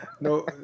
No